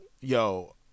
yo